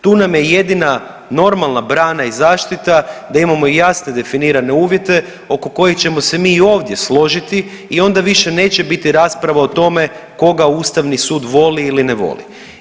Tu nam je jedina normalna brana i zaštita da imamo jasne definirane uvjete oko kojih ćemo se mi i ovdje složiti i onda više neće biti rasprava o tome koga Ustavni sud voli ili ne voli.